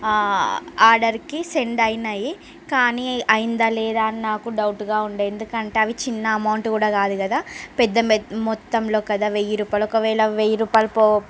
ఆర్డర్కి సెండ్ అయినాయి కాని అయ్యిందా లేదా అని నాకు డౌట్గా ఉండే ఎందుకంటే అది చిన్న అమౌంట్ కూడా కాదు కదా పెద్ద మెత్తం మొత్తంలో కదా వెయ్యి రూపాయలు ఒకవేల వెయ్యి రూపాయలు పో